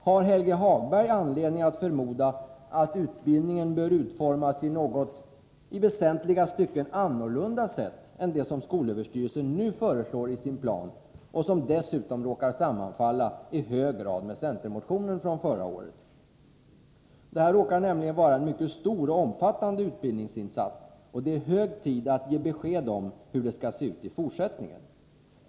Har Helge Hagberg anledning att förmoda att utbildningen bör utformas på något, i väsentliga stycken, annorlunda sätt än det som skolöverstyrelsen föreslår i sin plan och som dessutom råkar sammanfalla i hög grad med centermotionen från förra året? Det här råkar nämligen vara en mycket stor och omfattande utbildningsinsats, och det är hög tid att ge besked om hur den skall se ut i fortsättningen.